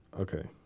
okay